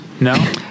no